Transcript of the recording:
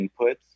inputs